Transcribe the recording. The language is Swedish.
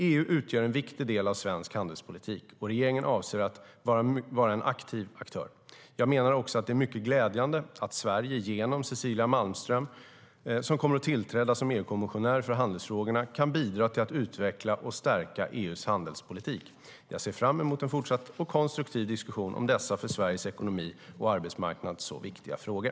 EU utgör en viktig del av svensk handelspolitik, och regeringen avser att vara en aktiv aktör. Jag menar också att det är mycket glädjande att Sverige genom Cecilia Malmström, som kommer att tillträda som EU-kommissionär för handelsfrågorna, kan bidra till att utveckla och stärka EU:s handelspolitik. Jag ser fram emot en fortsatt och konstruktiv diskussion om dessa för Sveriges ekonomi och arbetsmarknad så viktiga frågor.